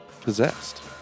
possessed